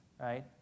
right